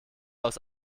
aus